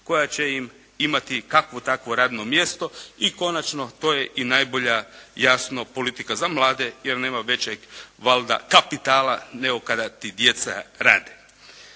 koja će im imati kakvo takvo radno mjesto. I konačno, to je i najbolja jasno politika za mlade jer nema većeg valjda kapitala nego kada ti djeca rade.